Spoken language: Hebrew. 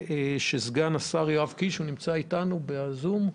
סגן השר יואב קיש נמצא איתנו בזום?